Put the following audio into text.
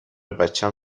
بچم